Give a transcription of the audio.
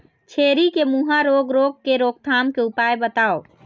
छेरी के मुहा रोग रोग के रोकथाम के उपाय बताव?